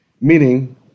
Meaning